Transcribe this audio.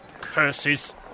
Curses